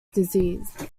disease